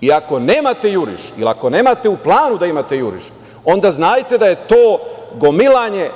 I ako nemate juriš ili ako nemate u planu da imate juriš, onda znajte da je to gomilanje,